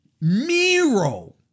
Miro